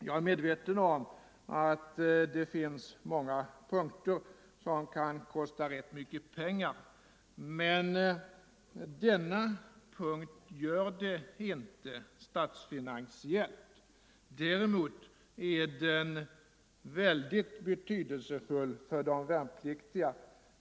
Jag är medveten om att det där finns många punkter som kan kosta rätt mycket pengar. Men denna punkt gör det inte statsfinansiellt. Däremot är den synnerligen betydelsefull för de värnpliktiga.